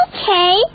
Okay